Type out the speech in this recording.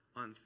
on